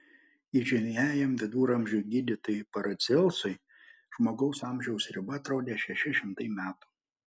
įžymiajam viduramžių gydytojui paracelsui žmogaus amžiaus riba atrodė šeši šimtai metų